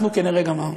אנחנו כנראה גמרנו.